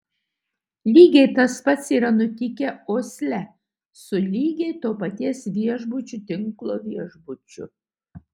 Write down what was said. lygiai tas pats yra nutikę osle su lygiai to paties viešbučių tinklo viešbučiu